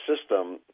system